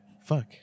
fuck